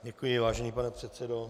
Děkuji, vážený pane předsedo.